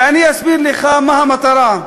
ואני אסביר לך מה המטרה.